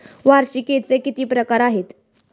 वार्षिकींचे किती प्रकार आहेत?